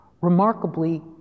remarkably